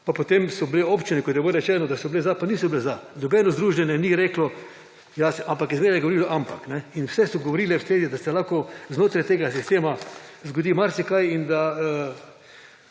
Pa potem so bile občine, kot je bilo rečeno, da so bile za, pa niso bile za. Nobeno združenje ni reklo »za«, ampak je vedno reklo »ampak«. In vse so govorile, da se lahko znotraj tega sistema zgodi marsikaj in da